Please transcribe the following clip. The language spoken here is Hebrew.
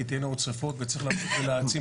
כי תהיינה עוד שריפות וצריך להמשיך ולהעצים